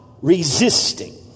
resisting